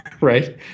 right